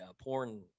porn